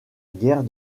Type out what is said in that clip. guerre